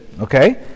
okay